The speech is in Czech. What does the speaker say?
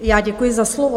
Já děkuji za slovo.